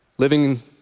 Living